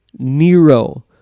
Nero